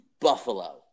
Buffalo